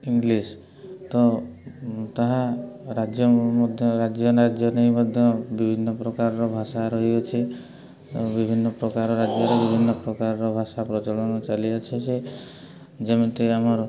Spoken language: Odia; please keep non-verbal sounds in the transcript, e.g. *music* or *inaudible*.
ଇଂଲିଶ ତ ତାହା ରାଜ୍ୟ ମଧ୍ୟ ରାଜ୍ୟ *unintelligible* ନେଇ ମଧ୍ୟ ବିଭିନ୍ନ ପ୍ରକାରର ଭାଷା ରହିଅଛି ବିଭିନ୍ନ ପ୍ରକାର ରାଜ୍ୟରେ ବିଭିନ୍ନ ପ୍ରକାରର ଭାଷା ପ୍ରଚଳନ ଚାଲିଅଛି ଯେ ଯେମିତି ଆମର